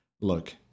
Look